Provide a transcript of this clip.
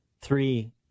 three